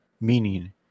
meaning